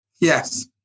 Yes